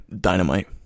dynamite